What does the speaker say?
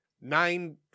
nine